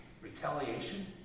retaliation